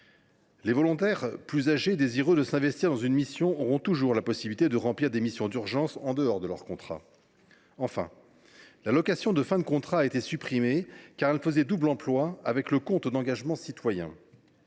Les volontaires plus âgés désireux de s’investir dans une mission auront toujours la possibilité de remplir des missions d’urgence en dehors de leur contrat. Enfin, l’allocation de fin de contrat a été supprimée, car elle faisait double emploi avec le compte d’engagement citoyen.